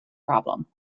problem